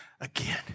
Again